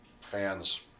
fans